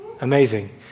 Amazing